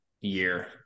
year